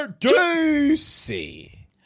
Juicy